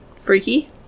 Freaky